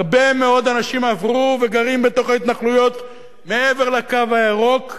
הרבה מאוד אנשים עברו וגרים בתוך ההתנחלויות מעבר ל"קו הירוק",